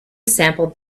sampled